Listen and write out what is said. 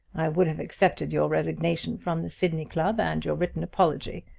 i would have accepted your resignation from the sidney club and your written apology.